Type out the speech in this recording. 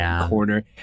corner